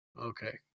okay